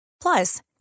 Plus